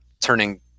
turning